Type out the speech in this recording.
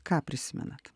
ką prisimenat